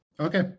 Okay